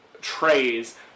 trays